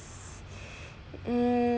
mm